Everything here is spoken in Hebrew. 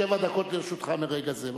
שבע דקות לרשותך מרגע זה.